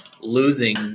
losing